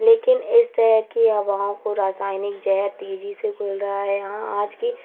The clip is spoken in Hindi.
लेकिन इस तरह की हवाओं को रासायनिक ज़हर तेज़ी से फैल रहा है यहाँ आज की